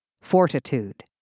fortitude